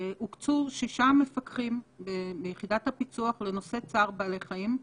הוקצו שישה מפקחים ליחידת הפיצוח לנושא צער בעלי חיים.